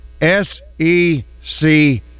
S-E-C